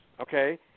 okay